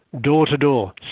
door-to-door